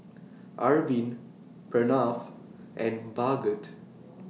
Arvind Pranav and Bhagat